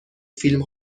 فیلم